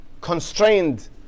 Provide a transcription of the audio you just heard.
Constrained